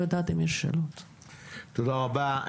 תודה רבה.